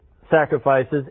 sacrifices